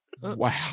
Wow